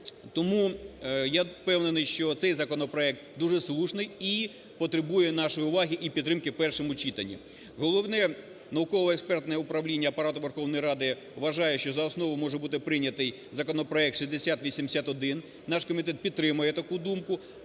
Тому я впевнений, що цей законопроект дуже слушний і потребує нашої уваги і підтримки в першому читанні. Головне науково-експертне управління Апарату Верховної Ради вважає, що за основу може бути прийнятий законопроект 6081. Наш комітет підтримує таку думку,